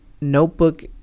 Notebook